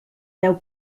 deu